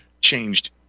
changed